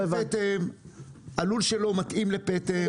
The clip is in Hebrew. הלול שלו מתאים לפטם,